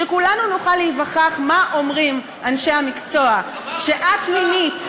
שכולנו נוכל להיווכח מה אומרים אנשי המקצוע שאת מינית.